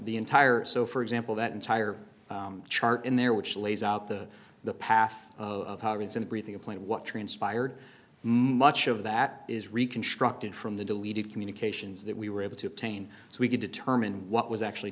the entire so for example that entire chart in there which lays out the the path and breathing a plan of what transpired much of that is reconstructed from the deleted communications that we were able to obtain so we can determine what was actually